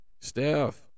Steph